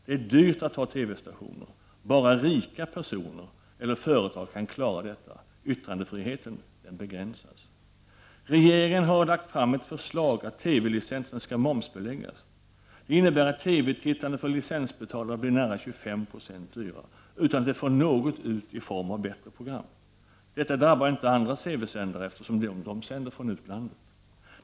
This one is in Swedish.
Det är dyrt att ha TV-stationer. Bara rika personer eller företag kan klara detta. Yttrandefriheten begränsas. Regeringen har lagt fram ett förslag om att TV-licensen skall momsbeläggas. Det innebär att TV-tittandet för licensbetalare blir nära 25 96 dyrare utan att de får något ut i form av bättre program. Detta drabbar inte andra TV-sändare, eftersom de sänder från utlandet.